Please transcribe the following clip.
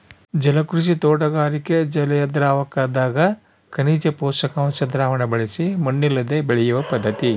ಜಲಕೃಷಿ ತೋಟಗಾರಿಕೆ ಜಲಿಯದ್ರಾವಕದಗ ಖನಿಜ ಪೋಷಕಾಂಶ ದ್ರಾವಣ ಬಳಸಿ ಮಣ್ಣಿಲ್ಲದೆ ಬೆಳೆಯುವ ಪದ್ಧತಿ